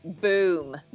Boom